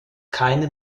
keine